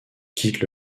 quittent